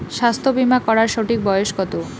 স্বাস্থ্য বীমা করার সঠিক বয়স কত?